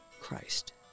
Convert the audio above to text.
Christ